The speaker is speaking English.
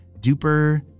duper